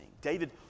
David